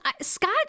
Scott